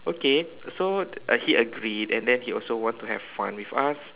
okay so like he agreed and then he also want to have fun with us